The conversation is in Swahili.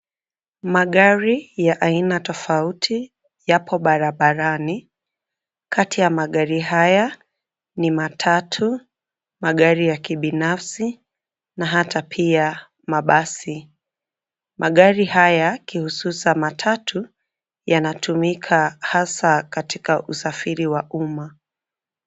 Magari ya aina tofauti yapo barabarani. Kati ya magari haya ni matatu, magari ya kibinafsi na hata pia mabasi. Magari haya kihususa matatu yanatumika hasa katika usafiri wa umma.